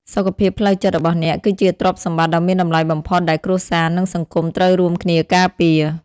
សុខភាពផ្លូវចិត្តរបស់អ្នក គឺជាទ្រព្យសម្បត្តិដ៏មានតម្លៃបំផុតដែលគ្រួសារ និងសង្គមត្រូវរួមគ្នាការពារ។